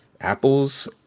apples